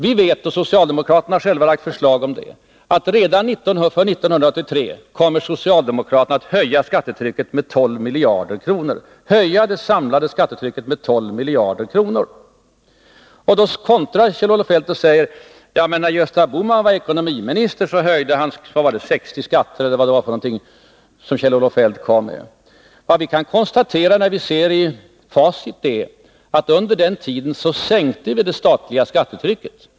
Vi vet — men socialdemokraterna har ju framlagt förslag om det — att socialdemokraterna redan 1983 kommer att höja det samlade skattetrycket med 12 miljarder kronor. Då kontrar Kjell-Olof Feldt och säger att när Gösta Bohman var ekonomiminister höjde han 60 skatter. Vad vi kan konstatera när vi ser i facit är emellertid att vi under den tiden sänkte det statliga skattetrycket.